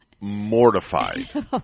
mortified